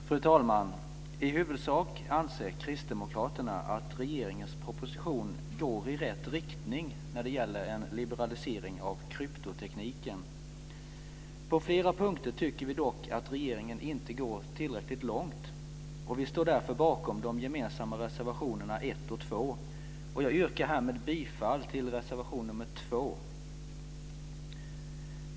Fru talman! I huvudsak anser kristdemokraterna att regeringens proposition går i rätt riktning när det gäller en liberalisering av kryptotekniken. På flera punkter tycker vi dock att regeringen inte går tillräckligt långt, och vi står därför bakom de gemensamma reservationerna 1 och 2. Jag yrkar härmed bifall till reservation nr 2.